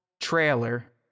trailer